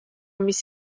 mis